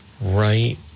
Right